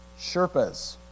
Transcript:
Sherpas